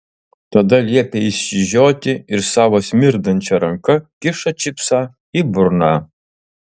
tada liepia išsižioti ir savo smirdančia ranka kiša čipsą į burną